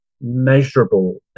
measurable